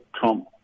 Trump